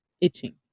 itching